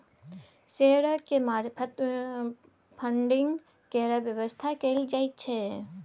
शेयरक मार्फत फडिंग केर बेबस्था कएल जाइ छै